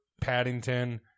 Paddington